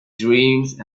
dreams